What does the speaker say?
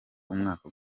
umwaka